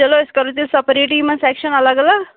چَلو أسۍ کَرو تیٚلہِ سیپریٹی یِمن سیٚکشن اَلگ اَلگ